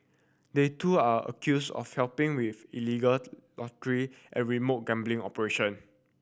they too are accused of helping with illegal lottery and remote gambling operation